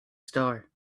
star